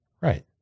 right